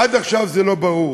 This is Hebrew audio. עד עכשיו זה לא ברור.